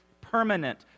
permanent